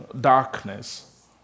darkness